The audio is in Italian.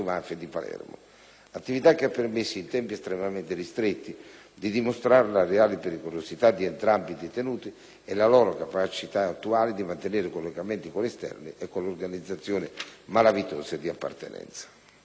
Palermo, che ha permesso in tempi estremamente ristretti di dimostrare la reale pericolosità di entrambi i detenuti e la loro capacità attuale di mantenere collegamenti con l'esterno e con le organizzazioni malavitose di appartenenza.